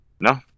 No